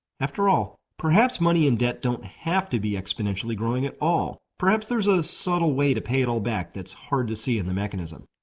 after all, perhaps money and debt don't have to be exponentially growing at all, perhaps there's a subtle way to pay it all back that's hard to see in the mechanism.